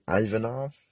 Ivanov